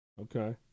Okay